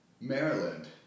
Maryland